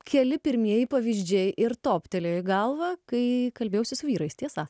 keli pirmieji pavyzdžiai ir toptelėjo į galvą kai kalbėjausi su vyrais tiesa